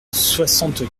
soixante